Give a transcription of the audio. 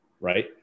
right